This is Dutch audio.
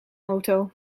auto